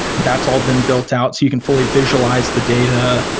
that's all been built out. so you can fully visualize the data,